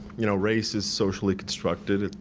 you know race is socially constructed,